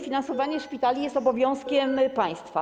Finansowanie szpitali jest obowiązkiem państwa.